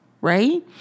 right